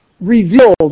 revealed